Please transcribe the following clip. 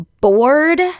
bored